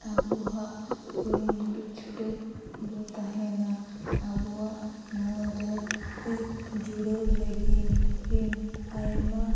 ᱟᱵᱚᱣᱟᱜ ᱠᱩᱨᱩᱢᱩᱴᱩ ᱪᱷᱩᱴᱟᱹᱣᱵᱚ ᱛᱟᱦᱮᱱᱟ ᱟᱵᱚᱣᱟᱜ ᱱᱚᱣᱟᱨᱮ ᱡᱩᱲᱟᱹᱣ ᱞᱟᱹᱜᱤᱫ ᱟᱭᱢᱟ